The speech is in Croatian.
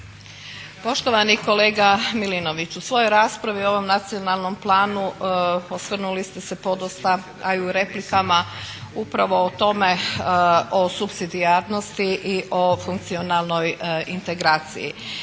Poštovani kolega Milinović, u svojoj raspravi o ovom nacionalnom planu osvrnuli ste se podosta, a i u replikama, upravo o tome o supsidijarnosti i o funkcionalnoj integraciji.